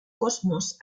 cosmos